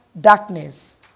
darkness